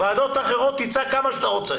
ועדות אחרות, תצעק כמה שאתה רוצה.